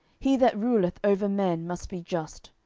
he that ruleth over men must be just,